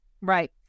Right